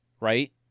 Right